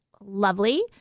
lovely